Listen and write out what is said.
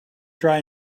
try